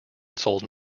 sold